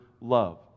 love